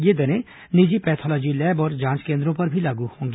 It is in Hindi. ये दरें निजी पैथालॉजी लैब और जांच केन्द्रों पर भी लागू होंगी